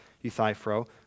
Euthyphro